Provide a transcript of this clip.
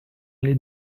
parlé